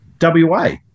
wa